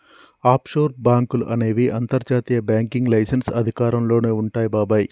offshore బాంకులు అనేవి అంతర్జాతీయ బ్యాంకింగ్ లైసెన్స్ అధికారంలోనే వుంటాయి బాబాయ్